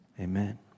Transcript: amen